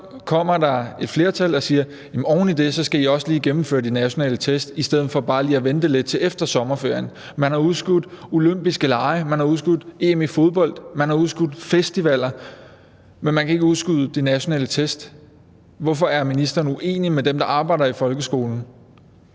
så kommer der et flertal og siger, at de oven i det også lige skal gennemføre de nationale test i stedet for bare lige at vente lidt til efter sommerferien. Man har udskudt De Olympiske Lege, man har udskudt EM i fodbold, man har udskudt festivaler – men man kan ikke udskyde de nationale test. Hvorfor er ministeren uenig med dem, der arbejder i folkeskolen?